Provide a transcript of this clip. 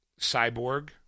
Cyborg